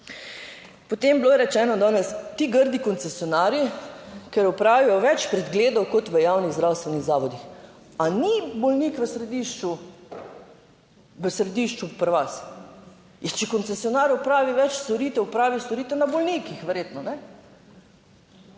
Potem je bilo rečeno, danes ti grdi koncesionarji, ker opravijo več pregledov kot v javnih zdravstvenih zavodih. Ali ni bolnik v središču, v središču pri vas? In če koncesionar opravi več storitev, opravi storitev na bolnikih, verjetno